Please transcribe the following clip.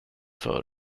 för